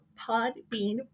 Podbean